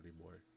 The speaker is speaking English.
anymore